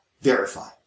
verify